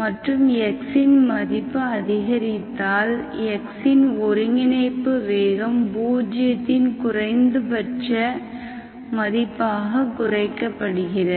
மற்றும் x இன் மதிப்பு அதிகரித்தால் x இன் ஒருங்கிணைப்பு வேகம் பூஜ்ஜியத்தின் குறைந்தபட்ச மதிப்பாகக் குறைக்கப்படுகிறது